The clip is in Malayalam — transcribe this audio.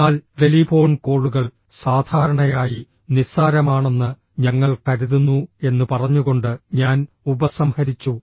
എന്നാൽ ടെലിഫോൺ കോളുകൾ സാധാരണയായി നിസ്സാരമാണെന്ന് ഞങ്ങൾ കരുതുന്നു എന്ന് പറഞ്ഞുകൊണ്ട് ഞാൻ ഉപസംഹരിച്ചു